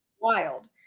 wild